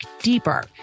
deeper